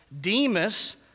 Demas